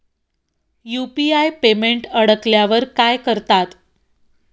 UPI payment अडकल्यावर काय करतात?